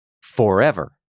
forever